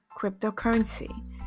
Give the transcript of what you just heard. cryptocurrency